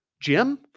Jim